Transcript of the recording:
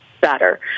better